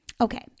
Okay